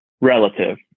relative